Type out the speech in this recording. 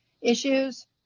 issues